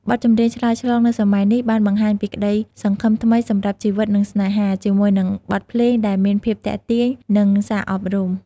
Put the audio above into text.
បទចម្រៀងឆ្លើយឆ្លងនៅសម័យនេះបានបង្ហាញពីក្តីសង្ឃឹមថ្មីសម្រាប់ជីវិតនិងស្នេហា ជាមួយនឹងបទភ្លេងដែលមានភាពទាក់ទាញនិងសារអប់រំ។